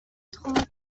trente